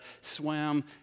swam